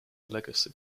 legacy